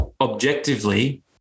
objectively